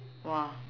!wah!